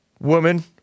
woman